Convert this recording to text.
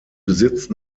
besitzt